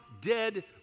dead